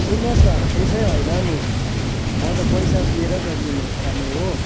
सुन्नोस् न त्यसै होइन नि म त पैसा दिएर त लिने खाने हो